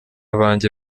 banjye